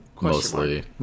mostly